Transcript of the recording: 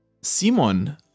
Simon